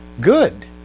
Good